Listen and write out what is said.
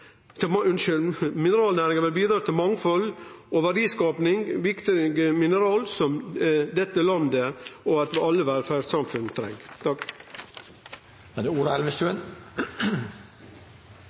mangfald og verdiskaping og viktige mineral som dette landet og alle velferdssamfunn treng.